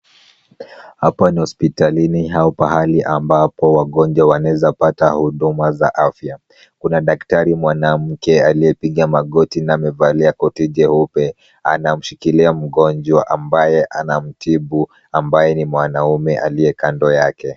Hapa ni hospitalini au pahali ambapo wagonjwa waneza pata huduma za afya. Kuna daktari mwanamke aliyepiga magoti na amevalia koti jeupe. Anamshikilia mgonjwa ambaye anamtibu ambaye ni mwanaume aliye kando yake.